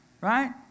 right